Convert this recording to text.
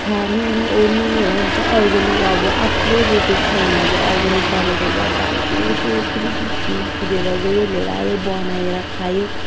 खानुओर्नु चाहिँ अर्ग्यानिक अब आफूले रोपेको छ भने अब अर्ग्यानिक ताजाताजा अब बारीतिरै यसो खुरुरु कुदेर गयो लिएर आयो बनाएर खायो